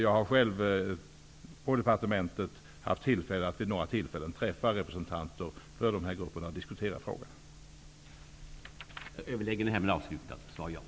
Jag har själv på departementet haft möjlighet att vid några tillfällen träffa representanter för dessa grupper och diskutera frågorna med dem.